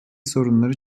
sorunları